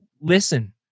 listen